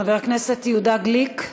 חבר הכנסת יהודה גליק.